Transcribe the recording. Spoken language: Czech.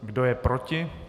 Kdo je proti?